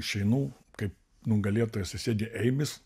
išeinu kaip nugalėtojas sėdi eimis